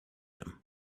him